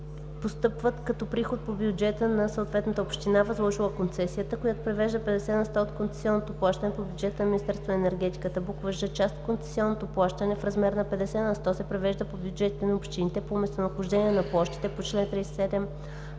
постъпват като приход по бюджета на съответната община, възложила концесията, която превежда 50 на сто от концесионното плащане по бюджета на Министерството на енергетиката. ж) Част от концесионното плащане в размер на 50 на сто се превежда по бюджетите на общините по местонахождение на площите по чл. 37, ал.